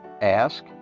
Ask